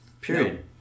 Period